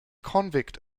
convict